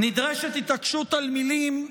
נדרשת התעקשות על מילים,